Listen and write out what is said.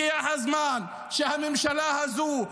הגיע הזמן שהממשלה הזו,